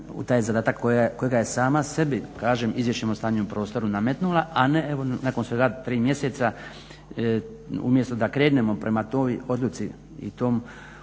u taj zadatak kojega je sama sebi, kažem Izvješćem o …/Govornik se ne razumije./… nametnula a ne evo nakon svega 3 mjeseca umjesto da krenemo prema toj odluci i tom